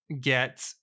get